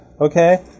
okay